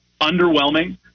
underwhelming